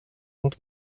und